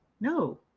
No